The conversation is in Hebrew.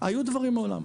היו דברים מעולם.